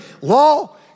Law